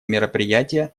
мероприятия